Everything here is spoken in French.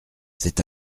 c’est